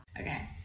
okay